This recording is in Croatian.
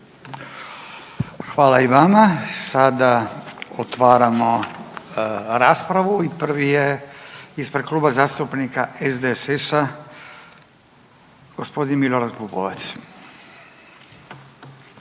Hvala i vama. Sada otvaramo raspravu i prvi je ispred Kluba zastupnika SDSS-a, gospodin Milorad Pupovac.